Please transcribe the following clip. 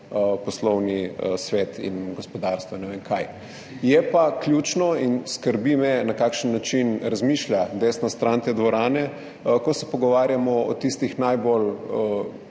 poslovni svet in gospodarstvo in ne vem kaj. Ključno pa je, in skrbi me, ne kakšen način razmišlja desna stran te dvorane, ko se pogovarjamo o tistih v